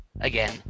again